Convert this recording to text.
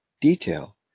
detail